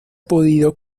podido